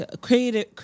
creative